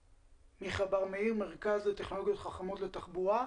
מאיר, מרכז לטכנולוגיות חכמות לתחבורה.